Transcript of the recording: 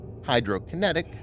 Hydrokinetic